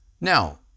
Now